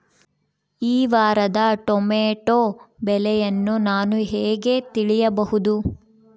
ಈ ವಾರದ ಟೊಮೆಟೊ ಬೆಲೆಯನ್ನು ನಾನು ಹೇಗೆ ತಿಳಿಯಬಹುದು?